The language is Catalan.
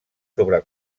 sobre